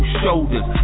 shoulders